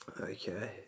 Okay